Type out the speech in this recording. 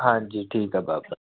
ਹਾਂਜੀ ਠੀਕ ਆ ਬਾਬਾ